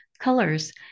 colors